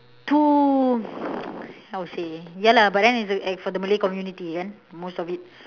too how to say ya lah but then it's the the malay community ya most of it